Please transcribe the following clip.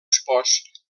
espòs